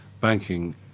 banking